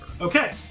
Okay